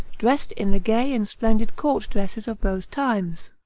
dressed in the gay and splendid court dresses of those times.